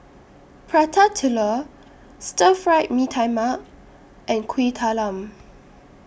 Prata Telur Stir Fry Mee Tai Mak and Kuih Talam